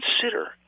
consider